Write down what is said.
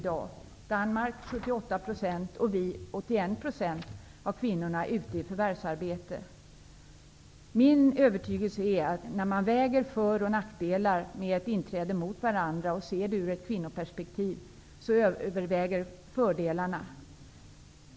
Danmark har 78 % och vi har 81 % av kvinnorna ute i förvärvsarbete. När man väger för och nackdelar med ett inträde mot varandra och ser det ur ett kvinnoperspektiv överväger fördelarna -- det är min övertygelse.